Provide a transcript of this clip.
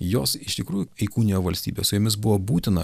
jos iš tikrųjų įkūnijo valstybę su jomis buvo būtina